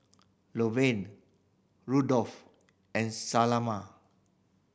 Rodolfo and Selma